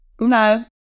No